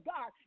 God